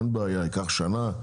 אין בעיה ייקח שנה,